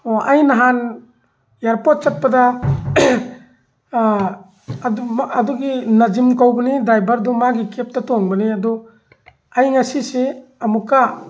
ꯑꯣ ꯑꯩ ꯅꯍꯥꯟ ꯏꯌꯥꯔꯄꯣꯠ ꯆꯠꯄꯗ ꯑꯗꯨꯝ ꯑꯗꯨꯒꯤ ꯅꯖꯤꯝ ꯀꯧꯕꯅꯤ ꯗ꯭ꯔꯥꯏꯕꯔꯗꯣ ꯃꯥꯒꯤ ꯀꯦꯕꯇ ꯇꯣꯡꯕꯅꯤ ꯑꯗꯣ ꯑꯩ ꯉꯁꯤꯁꯤ ꯑꯃꯨꯛꯀ